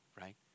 Right